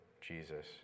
Jesus